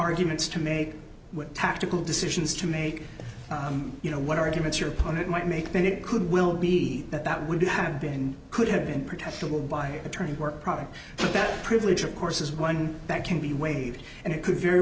arguments to make what tactical decisions to make you know what arguments your opponent might make then it could well be that that would have been and could have been protested will by attorney work product for that privilege of course is one that can be waived and it could very